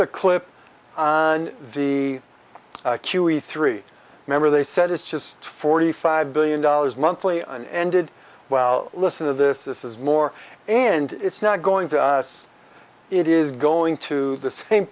a clip the q e three remember they said it's just forty five billion dollars monthly and ended well listen to this this is more and it's not going to us it is going to the same